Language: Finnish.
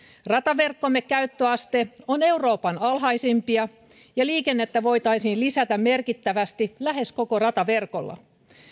rataverkkomme käyttöaste on euroopan alhaisimpia ja liikennettä voitaisiin lisätä merkittävästi lähes koko rataverkolla